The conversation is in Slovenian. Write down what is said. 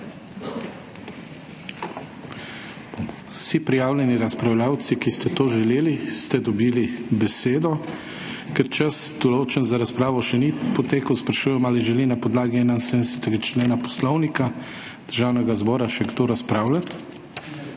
Vsi prijavljeni razpravljavci, ki ste to želeli, ste dobili besedo. Ker čas, določen za razpravo, še ni potekel, sprašujem, ali želi na podlagi 71. člena Poslovnika Državnega zbora še kdo razpravljati.